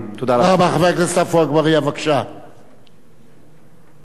תודה רבה.